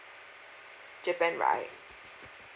japan right